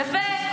יפה.